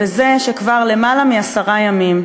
וזה שכבר יותר מעשרה ימים,